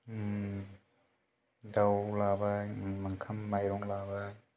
दाउ लाबाय ओंखाम माइरं लाबाय